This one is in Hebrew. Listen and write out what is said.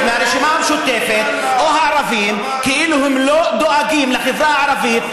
מהרשימה המשותפת או הערבים כאילו לא דואגים לחברה הערבית,